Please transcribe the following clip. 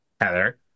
Heather